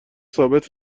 ثابت